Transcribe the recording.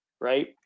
Right